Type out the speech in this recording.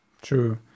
true